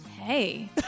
Hey